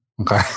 Okay